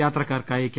യാത്രക്കാർക്കായി K